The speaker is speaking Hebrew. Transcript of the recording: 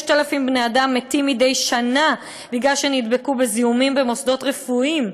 6,000 בני-אדם מתים מדי שנה משום שנדבקו בזיהומים במוסדות רפואיים.